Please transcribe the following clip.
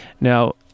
Now